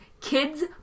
Kids